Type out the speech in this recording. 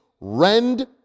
rend